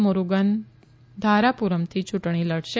મુરુગન ધારાપુરમથી યૂંટણી લડશે